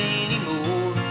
anymore